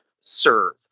serve